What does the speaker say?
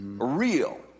real